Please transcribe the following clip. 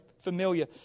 familiar